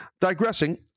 Digressing